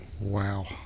Wow